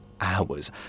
hours